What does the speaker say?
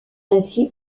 ainsi